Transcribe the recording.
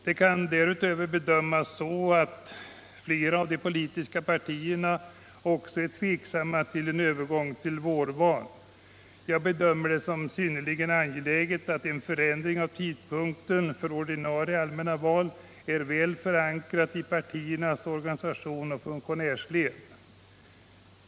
Det kan därutöver bedömas vara så att flera av de politiska partierna är tveksamma till en övergång till vårval. Jag bedömer det som synnerligen angeläget att en förändring av tidpunkten för ordinarie allmänna val är väl förankrad i partiernas organisationsoch funktionärsled.